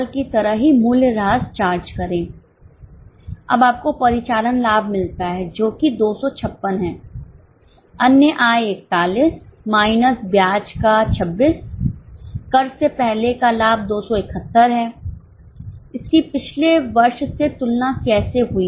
की तरह ही मूल्यह्रास चार्ज करें अब आपको परिचालन लाभ मिलता है जो कि 256 है अन्य आय 41 माइनस ब्याज का 26 कर से पहले का लाभ 271 है इसकी पिछले वर्ष से तुलना कैसे हुई है